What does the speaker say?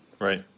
right